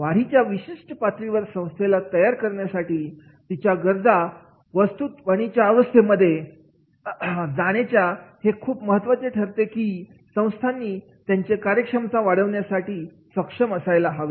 वाडीच्या विशिष्ट पातळीवर संस्थेला तयार करण्यासाठी तिच्या गरबा वस्तीतून वाणीच्या अवस्थेकडे जाण्यासाठी हे खूप महत्त्वाचे ठरत असते की संस्थांनी त्यांच्यात कार्यक्षमता वाढविण्यासाठी सक्षम असायला हवे